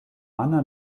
anna